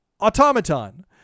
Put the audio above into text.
automaton